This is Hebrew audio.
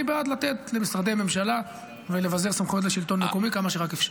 אני בעד לתת למשרדי הממשלה ולבזר סמכויות לשלטון המקומי כמה שרק אפשר.